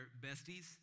besties